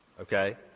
okay